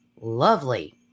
lovely